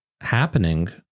happening